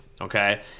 okay